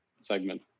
segment